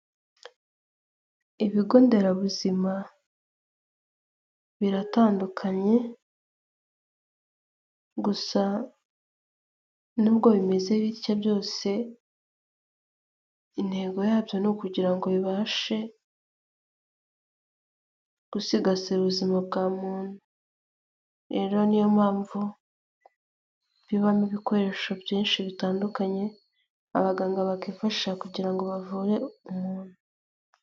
Ibigo nderabuzima, biratandukanye, gusa n'ubwo bimeze bityo byose, intego yabyo ni ukugira ngo bibashe gusigasira ubuzima bwa muntu. Rero ni yo mpamvu, bibamo ibikoresho byinshi bitandukanye, abaganga bakifashisha kugira ngo bavure umuntu.